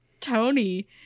tony